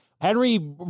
Henry